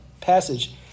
passage